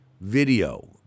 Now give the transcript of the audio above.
video